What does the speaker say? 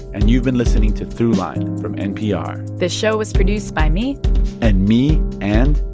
and you've been listening to throughline from npr this show was produced by me and me and.